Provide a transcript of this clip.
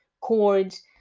chords